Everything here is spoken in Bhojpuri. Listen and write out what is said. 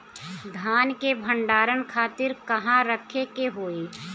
धान के भंडारन खातिर कहाँरखे के होई?